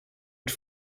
het